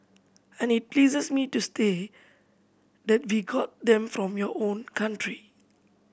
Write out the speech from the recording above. and it pleases me to stay that we got them from your own country